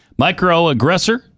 Microaggressor